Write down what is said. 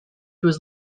was